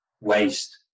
waste